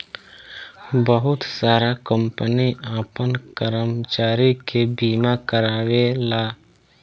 बहुत सारा कंपनी आपन कर्मचारी के बीमा कारावेला